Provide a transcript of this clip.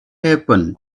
happen